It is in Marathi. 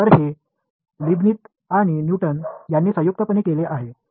तर ते लिबनिझ आणि न्यूटन यांनी संयुक्तपणे केले आहे